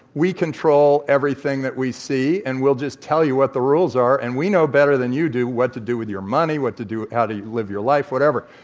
we control everything that we see, and we'll just tell you what the rules are. and we know better than you do what to do with your money, what to do how to live your life, whatever.